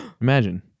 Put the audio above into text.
imagine